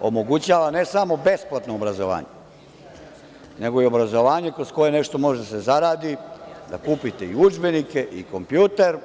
omogućava ne samo besplatno obrazovanje, nego i obrazovanje kroz koje nešto može da se zaradi, da kupite i udžbenike i kompjuter.